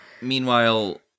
Meanwhile